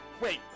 Wait